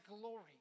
glory